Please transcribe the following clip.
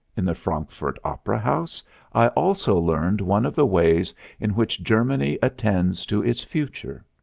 in the frankfurt opera house i also learned one of the ways in which germany attends to its future.